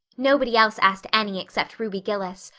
nobody else asked any except ruby gillis,